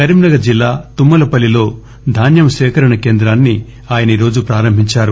కరీంనగర్ జిల్లా తుమ్మలపల్లిలో ధాన్యం సేకరణ కేంద్రాన్ని ఆయన ఈరోజు ప్రారంభించారు